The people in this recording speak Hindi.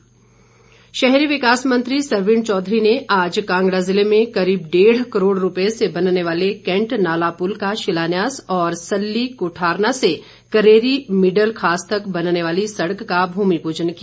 सरवीण चौधरी शहरी विकास मंत्री सरवीण चौधरी ने आज कांगड़ा जिले में करीब डेढ करोड़ रुपए से बनने वाले कैंट नाला पुल का शिलान्यास और सल्ली क्ठारना से करेरी मिडल खास तक बनने वाली सड़क का भूमि प्रजन किया